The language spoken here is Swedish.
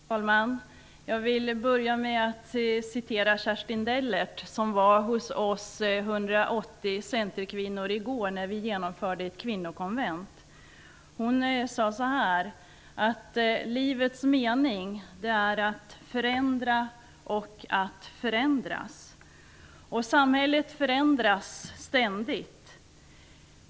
Fru talman! Jag vill börja med att citera Kjerstin Dellert, som var hos oss 180 centerkvinnor i går när vi genomförde ett kvinnokonvent. Hon sade så här: ''Livets mening är att förändra och att förändras.'' Samhället förändras ständigt.